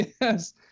yes